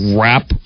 rap